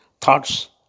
thoughts